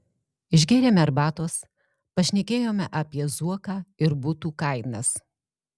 išgėrėme arbatos pašnekėjome apie zuoką ir butų kainas